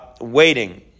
waiting